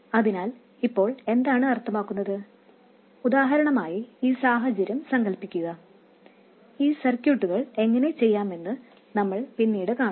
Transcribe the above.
അതിനാൽ ഇപ്പോൾ എന്താണ് അർത്ഥമാക്കുന്നത് ഉദാഹരണമായി ഈ സാഹചര്യം സങ്കൽപ്പിക്കുക ഈ സർക്യൂട്ടുകളുകൾ എങ്ങനെ ചെയ്യാമെന്ന് നമ്മൾ പിന്നീട് കാണും